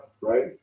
right